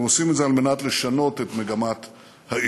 ועושים את זה על מנת לשנות את מגמת העיר.